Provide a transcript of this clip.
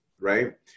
right